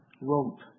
rope